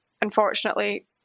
unfortunately